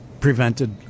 prevented